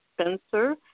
Spencer